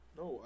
no